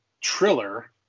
triller